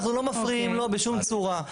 אנחנו לא מפריעים לו בשום צורה.